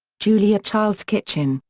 julia child's kitchen,